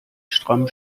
stramm